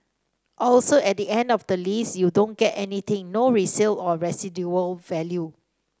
also at the end of the lease you don't get anything no resale or residual value